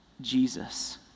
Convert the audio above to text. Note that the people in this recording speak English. Jesus